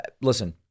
listen